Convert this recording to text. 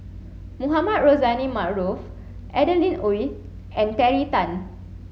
Mohamed Rozani Maarof Adeline Ooi and Terry Tan